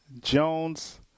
Jones